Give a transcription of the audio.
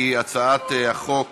הצעת חוק